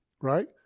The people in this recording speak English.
Right